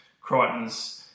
Crichton's